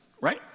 right